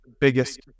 biggest